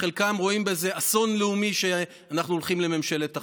שחלקם רואים בזה אסון לאומי שאנחנו הולכים לממשלת אחדות.